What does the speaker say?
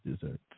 Desserts